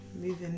moving